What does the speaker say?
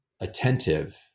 attentive